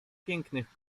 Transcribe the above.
pięknych